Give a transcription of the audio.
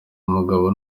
umugabo